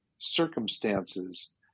circumstances